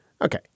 Okay